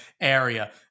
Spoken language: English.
area